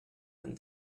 and